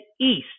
east